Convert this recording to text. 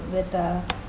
with the